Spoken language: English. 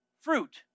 fruit